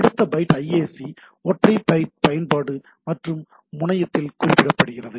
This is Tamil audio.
அடுத்த பைட் ஐஏசி ஒற்றை பைட் பயன்பாடு மற்றும் முனையத்தில் குறிப்பிடப்படுகிறது